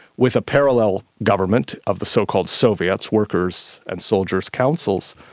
with a parallel government of the so-called soviets, workers and soldiers councils.